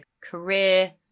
career